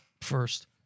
first